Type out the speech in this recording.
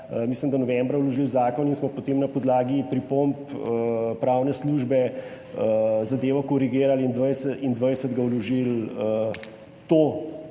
mislim, da novembra vložili zakon in smo potem na podlagi pripomb pravne službe zadevo korigirali in 20. vložili to,